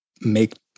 make